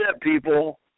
people